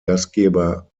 gastgeber